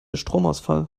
stromausfall